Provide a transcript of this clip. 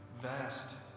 vast